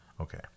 Okay